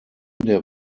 der